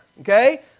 Okay